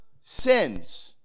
sins